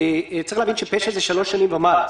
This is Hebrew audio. צריך להבין שפשע זה 3 שנים ומעלה.